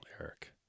Eric